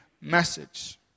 message